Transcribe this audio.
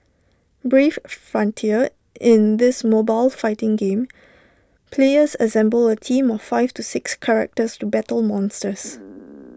brave frontier in this mobile fighting game players assemble A team of five to six characters to battle monsters